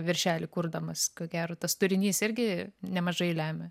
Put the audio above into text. viršelį kurdamas ko gero tas turinys irgi nemažai lemia